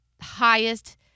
highest